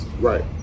Right